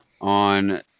on